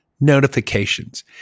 Notifications